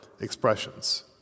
expressions